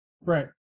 Right